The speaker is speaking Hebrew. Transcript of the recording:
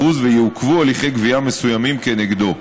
ויעוכבו הליכי גבייה מסוימים כנגדו,